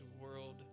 world